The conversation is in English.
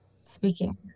Speaking